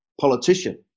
politician